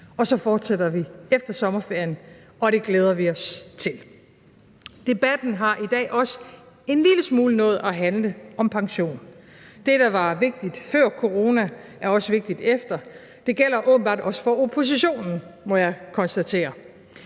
og så fortsætter vi efter sommerferien, og det glæder vi os til. Kl. 22:51 Debatten i dag har også nået at handle en lille smule om pension. Det, der var vigtigt før corona, er også vigtigt efter. Det gælder åbenbart også for oppositionen, må jeg konstatere,